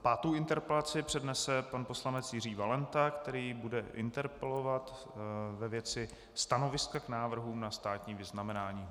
Pátou interpelaci přednese pan poslanec Jiří Valenta, který bude interpelovat ve věci stanoviska k návrhům na státní vyznamenání.